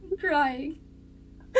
crying